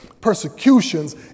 persecutions